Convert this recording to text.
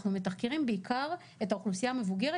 אנחנו מתחקרים בעיקר את האוכלוסייה המבוגרת